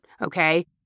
Okay